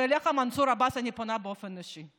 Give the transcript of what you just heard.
ואליך, מנסור עבאס, אני פונה באופן אישי: